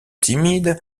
timide